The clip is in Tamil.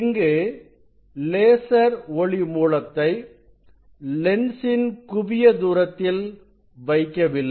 இங்கு லேசர் ஒளி மூலத்தை லென்சின் குவிய தூரத்தில் வைக்கவில்லை